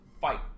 fight